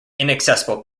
inaccessible